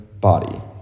body